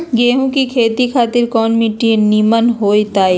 गेंहू की खेती खातिर कौन मिट्टी निमन हो ताई?